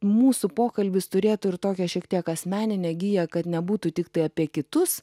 mūsų pokalbis turėtų ir tokią šiek tiek asmeninę giją kad nebūtų tiktai apie kitus